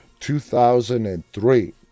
2003